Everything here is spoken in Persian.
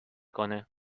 کنه